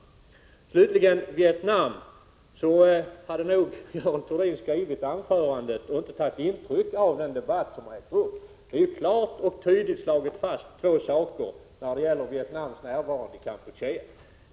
När det gäller Vietnam hade nog Görel Thurdin skrivit sitt anförande i förväg, och hon tog inte intryck av den debatt som nu har ägt rum. Det har här klart och tydligt slagits fast två saker när det gäller Vietnams närvaro i Kampuchea.